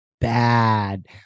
bad